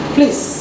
Please